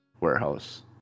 warehouse